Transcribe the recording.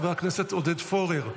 חבר הכנסת עודד פורר,